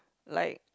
like